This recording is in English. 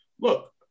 look